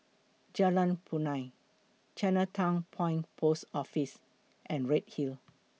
Jalan Punai Chinatown Point Post Office and Redhill